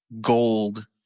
gold